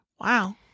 Wow